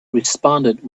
responded